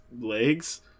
legs